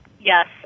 Yes